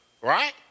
right